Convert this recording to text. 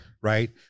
Right